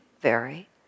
vary